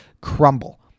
crumble